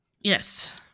Yes